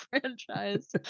franchise